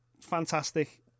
Fantastic